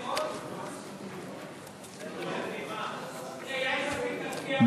בממשלה לא נתקבלה.